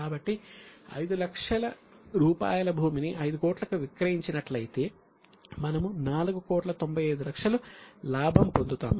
కాబట్టి 5 లక్షల రూపాయల భూమిని 5 కోట్లకు విక్రయించినట్లయితే మనము 4 కోట్ల 95 లక్షల లాభం పొందుతాము